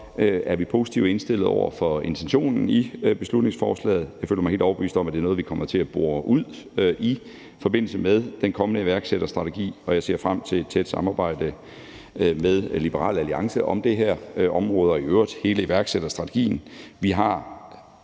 er vi positivt indstillet over for intentionen i beslutningsforslaget. Jeg føler mig helt overbevist om, at det er noget, vi kommer til at bore ud i forbindelse med den kommende iværksætterstrategi, og jeg ser frem til et tæt samarbejde med Liberal Alliance om det her område og i øvrigt hele iværksætterstrategien.